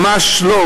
ממש לא.